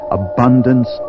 abundance